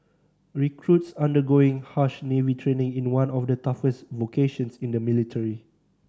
recruits undergoing harsh Navy training in one of the toughest vocations in the military